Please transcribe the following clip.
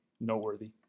noteworthy